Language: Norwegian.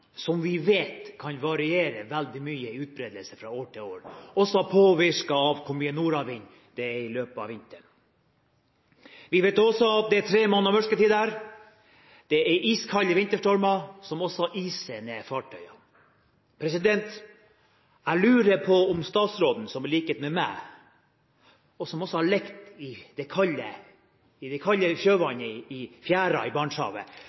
som vi vet kan variere veldig mye i utbredelse fra år til år, og som er påvirket av hvor mye nordavind det er i løpet av vinteren. Vi vet også at det er tre måneder mørketid der, og det er iskalde vinterstormer som iser ned fartøyene. Jeg lurer på om statsråden, som i likhet med meg har lekt i det kalde sjøvannet i